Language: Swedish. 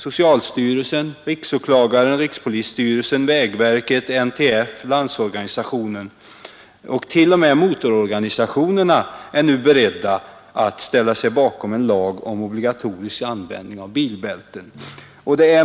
Socialstyrelsen, riksåklagaren, rikspolisstyrelsen, vägverket, NTF, Landsorganisationen och t.o.m. motororganisationerna är nu beredda att ställa sig bakom en lag om obligatorisk användning av bilbälten.